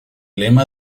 lema